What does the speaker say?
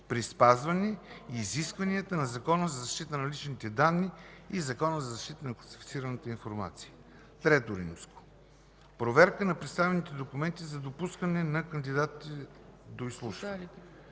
при спазване изискванията на Закона за защита на личните данни и Закона за защита на класифицираната информация. III. Проверка на представените документи за допускане на кандидатите до изслушване